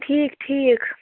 ٹھیٖک ٹھیٖک